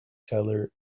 teller